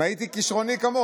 אם הייתי כישרוני כמוך,